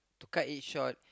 to cut it short